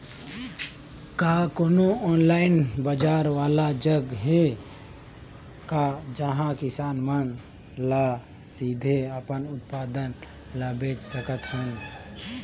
का कोनो ऑनलाइन बाजार वाला जगह हे का जहां किसान मन ल सीधे अपन उत्पाद ल बेच सकथन?